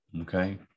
Okay